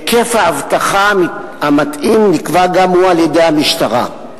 היקף האבטחה המתאים נקבע גם הוא על-ידי המשטרה.